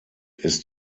ist